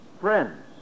friends